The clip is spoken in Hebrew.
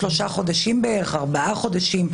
שלושה-ארבעה חודשים.